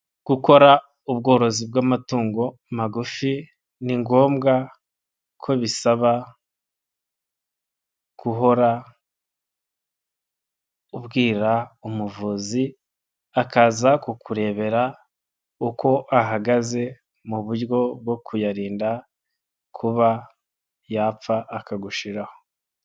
Gukora ubworozi bw'amatungo magufi, ni ngombwa ko bisaba guhora ubwira umuvuzi akaza kukurebera uko ahagaze mu buryo bwo kuyarinda kuba yapfa akagushiraho.